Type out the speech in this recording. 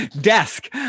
desk